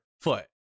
foot